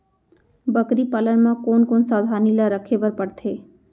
बकरी पालन म कोन कोन सावधानी ल रखे बर पढ़थे?